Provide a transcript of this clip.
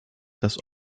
dass